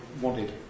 wanted